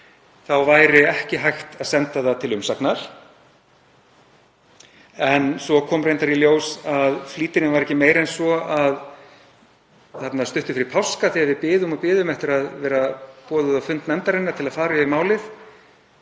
væri ekki hægt að senda það til umsagnar. En svo kom reyndar í ljós að flýtirinn væri ekki meiri en svo að stuttu fyrir páska þegar við biðum og biðum eftir að vera boðuð á fund nefndarinnar til að fara yfir málið